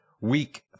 Week